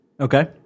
Okay